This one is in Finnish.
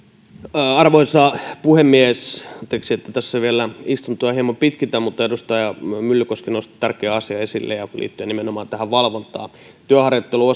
arvoisa puhemies anteeksi että tässä vielä istuntoa hieman pitkitän mutta edustaja myllykoski nosti tärkeän asian esille liittyen nimenomaan tähän valvontaan työharjoittelun